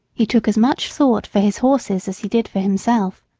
he took as much thought for his horses as he did for himself.